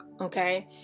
Okay